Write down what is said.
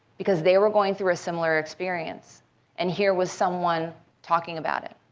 because they were going through a similar experience and here was someone talking about it.